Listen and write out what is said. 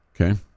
Okay